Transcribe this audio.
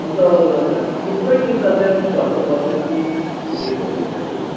अन्त थुप्रै किन्दा चाहिँ अलिक सस्तो पर्छ कि के कस्तो छ कि